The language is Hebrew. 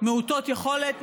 מעוטות יכולת,